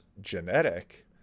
genetic